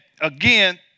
again